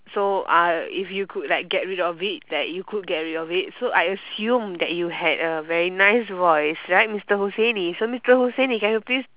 so uh if you could like get rid of it like you could like get rid of it so I assume that you had a very nice voice right mister husaini right so mister husaini can you please